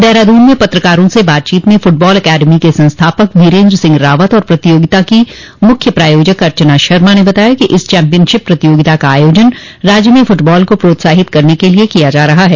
देहरादून में पत्रकारों से बातचीत में फुटबॉल अकादमी के संस्थापक वीरेंद्र सिंह रावत और प्रतियोगिता की मुख्य प्रायोजक अर्चना शर्मा ने बताया कि इस चौंपियनशिप प्रतियोगिता का आयोजन राज्य में फूटबॉल को प्रोत्साहित करने के लिए किया जा रहा है